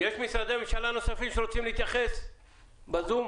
שרוצים להתייחס בזום?